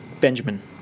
benjamin